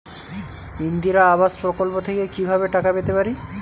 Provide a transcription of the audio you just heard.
ইন্দিরা আবাস প্রকল্প থেকে কি ভাবে টাকা পেতে পারি?